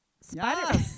Spider